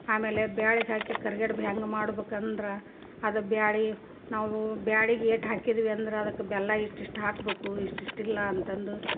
ಆಮೇಲೆ ಬ್ಯಾಳ್ಗೆ ಹಾಕಿ ಕರಿಗಡುಬು ಹೆಂಗೆ ಮಾಡ್ಬೇಕು ಅಂದ್ರೆ ಅದು ಬ್ಯಾಳೆ ನಾವು ಬ್ಯಾಳಿಗೆ ಏಟು ಹಾಕಿದ್ವಿ ಅಂದ್ರೆ ಅದಕ್ಕೆ ಬೆಲ್ಲ ಇಷ್ಟಿಷ್ಟು ಹಾಕಬೇಕು ಇಷ್ಟಿಷ್ಟಿಲ್ಲ ಅಂತಂದು